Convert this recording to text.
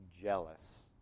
jealous